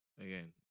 again